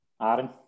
Aaron